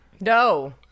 No